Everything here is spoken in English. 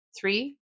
Three